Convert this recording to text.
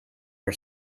her